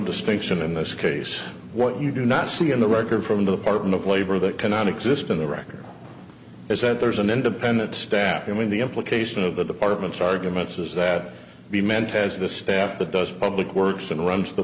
distinction in this case what you do not see in the record from the apartment of labor that cannot exist in the record is that there's an independent staff i mean the implication of the department's arguments is that he meant has the staff that does public works and runs the